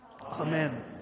Amen